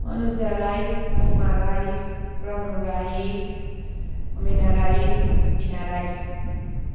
Anuja Rai Uma Rai Pranu Rai Meena Rai Bina Rai